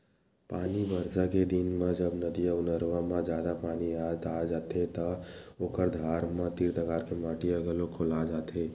पानी बरसा के दिन म जब नदिया अउ नरूवा म जादा पानी आ जाथे त ओखर धार म तीर तखार के माटी ह घलोक खोला जाथे